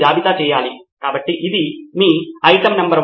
సిద్ధార్థ్ మాతురి కాబట్టి ఒకటి basic cloud infra